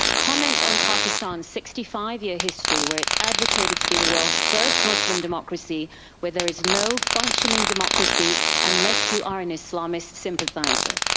comment on pakistan's sixty five year history where it's advocated to be the world's first muslim democracy where there is no functioning democracy unless you are an islamist sympathizer.